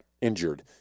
injured